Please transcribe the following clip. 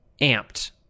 amped